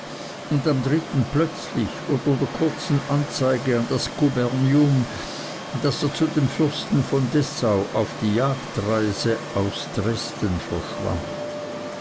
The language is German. und am dritten plötzlich unter der kurzen anzeige an das gubernium daß er zu dem fürsten von dessau auf die jagd reise aus dresden verschwand